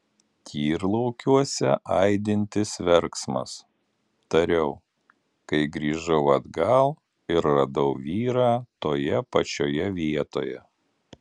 tyrlaukiuose aidintis verksmas tariau kai grįžau atgal ir radau vyrą toje pačioje vietoje